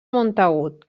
montagut